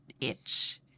itch